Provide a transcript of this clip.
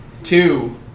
Two